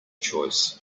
choice